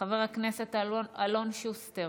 חבר הכנסת אלון שוסטר,